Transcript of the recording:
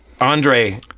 Andre